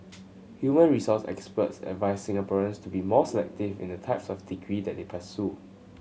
human resource experts advised Singaporeans to be more selective in the type of degrees that they pursue